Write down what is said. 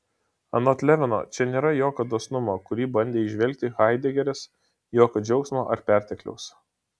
anot levino čia nėra jokio dosnumo kurį bandė įžvelgti haidegeris jokio džiaugsmo ar pertekliaus